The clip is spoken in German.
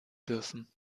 dürfen